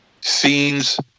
scenes